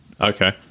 Okay